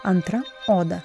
antra oda